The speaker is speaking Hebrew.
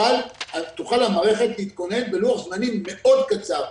תוכל המערכת להתכונן בלוח זמנים מאוד קצר.